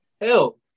Hell